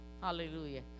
hallelujah